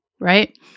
right